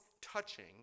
touching